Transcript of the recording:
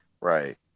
Right